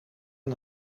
een